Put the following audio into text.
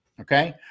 okay